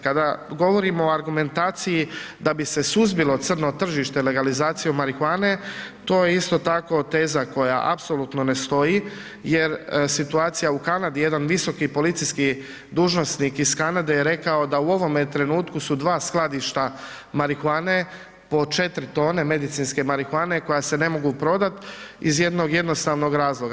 Kada govorimo o argumentaciji da bi se suzbilo crno tržište legalizacijom marihuane, to je isto tako teza koja apsolutno ne stoji jer situacija u Kanadi, jedan visoki policijski dužnosnik iz Kanade je rekao da u ovome trenutku su dva skladišta marihuane po 4 tone, medicinske marihuane koja se ne mogu prodati iz jednog jednostavnog razloga.